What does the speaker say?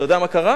אתה יודע מה קרה?